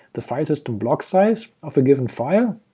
the file system block size of a given file?